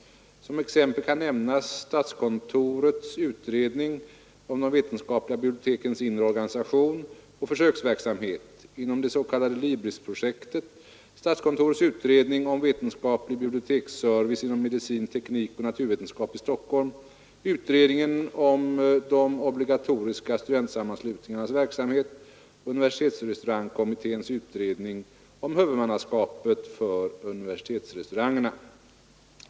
Som exempel kan nämnas statskontorets utredning om de vetenskapliga bibliotekens inre organisation och försöksverksamhet inom det s.k. LIBRIS-projektet, statskontorets utredning om vetenskaplig biblioteksservice inom medicin, teknik och naturvetenskap i Stockholm, utredningen om de obligatoriska studentsammanslutningarnas verksamhet och universitetsrestaurangkommitténs utredning om huvudmannaskapet för universitetsrestaurangerna.